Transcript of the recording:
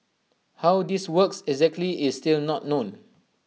how this works exactly is still not known